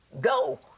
go